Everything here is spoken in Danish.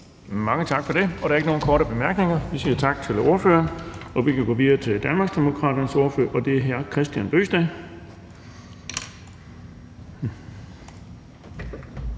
Mange tak for det. Der er ikke nogen korte bemærkninger. Vi siger tak til ordføreren, og vi kan gå videre til Danmarksdemokraternes ordfører, og det er hr. Kristian Bøgsted.